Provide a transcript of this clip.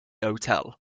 hotel